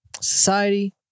society